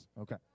Okay